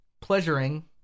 pleasuring